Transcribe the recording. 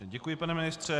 Děkuji, pane ministře.